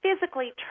physically